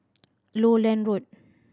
Lowland Road